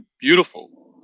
beautiful